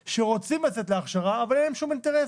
שרוצים לצאת להכשרה אבל אין להם שום אינטרס.